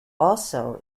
also